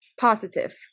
positive